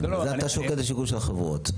אתה שוקל את השיקולים של החברות,